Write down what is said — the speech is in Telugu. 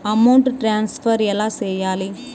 అమౌంట్ ట్రాన్స్ఫర్ ఎలా సేయాలి